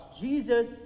Jesus